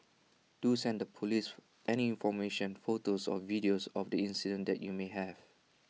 do send the Police any information photos or videos of the incident that you may have